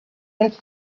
into